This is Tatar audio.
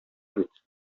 бит